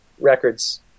records